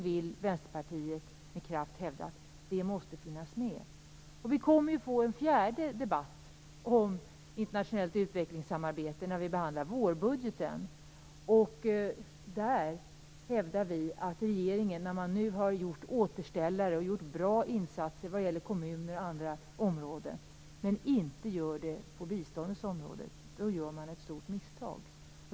Vänsterpartiet vill med kraft hävda att det måste finnas med. Vi kommer att få en fjärde debatt om internationellt utvecklingssamarbete när vi behandlar vårbudgeten. Regeringen har gjort återställare och bra insatser vad gäller kommuner och andra områden, men man återställer inte förhållandena på biståndets område. Vi hävdar att man gör ett stort misstag.